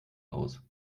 aus